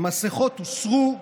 המסכות הוסרו,